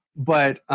but